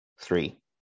Three